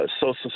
Social